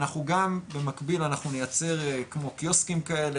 אנחנו גם במקביל אנחנו נייצר כמו קיוסקים כאלה,